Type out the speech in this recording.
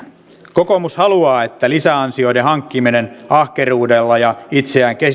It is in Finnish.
kokoomus haluaa että lisäansioiden hankkiminen ahkeruudella ja itseään